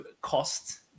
cost